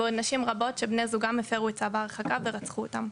ועוד נשים רבות שבני זוגן הפרו את צו ההרחקה ורצחו אותן.